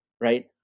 right